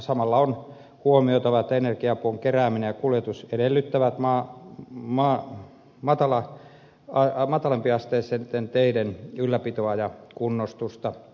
samalla on huomioitava että energiapuun kerääminen ja kuljetus edellyttävät matalampiasteisten teiden ylläpitoa ja kunnostusta